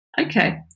Okay